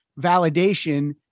validation